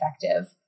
effective